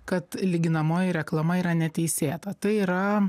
kad lyginamoji reklama yra neteisėta tai yra